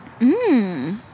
Mmm